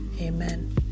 amen